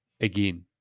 again